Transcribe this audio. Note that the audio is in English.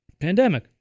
Pandemic